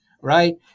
right